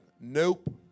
Nope